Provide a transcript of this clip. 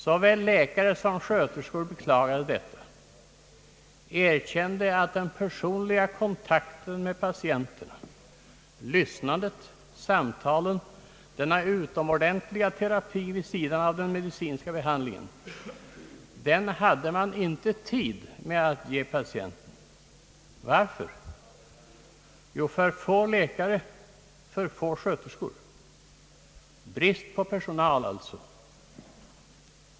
Såväl läkare som sköterskor beklagade detta och erkände att den personliga kontakten med patienterna, lyssnandet, samtalen — denna utomordentliga terapi vid sidan av den medicinska behandlingen — hade de inte tid att ge patienterna. Varför? Jo, därför att det fanns för få läkare och för få sköterskor. Det var alltså brist på personal.